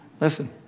Listen